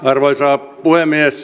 arvoisa puhemies